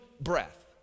breath